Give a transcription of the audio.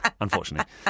unfortunately